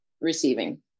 receiving